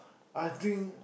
I think